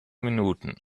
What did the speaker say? minuten